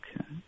Okay